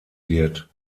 wird